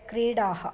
क्रीडाः